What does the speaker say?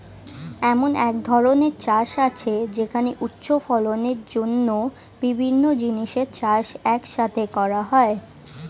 এমন এক ধরনের চাষ আছে যেখানে উচ্চ ফলনের জন্য বিভিন্ন জিনিসের চাষ এক সাথে করা হয়